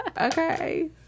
Okay